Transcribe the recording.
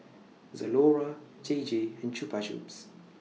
Zalora J J and Chupa Chups